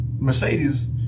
Mercedes